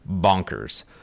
bonkers